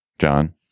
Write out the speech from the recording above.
John